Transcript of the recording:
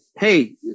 hey